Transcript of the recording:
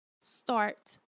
start